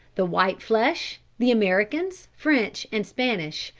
the white flesh, the americans, french, and spanish,